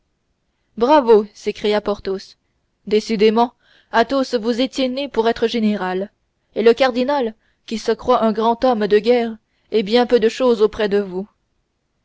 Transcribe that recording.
bravo s'écria porthos décidément athos vous étiez né pour être général et le cardinal qui se croit un grand homme de guerre est bien peu de chose auprès de vous